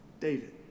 David